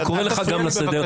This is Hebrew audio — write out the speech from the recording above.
אני קורא גם אותך לסדר.